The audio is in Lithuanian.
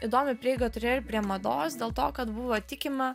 įdomią prieigą turėjo ir prie mados dėl to kad buvo tikima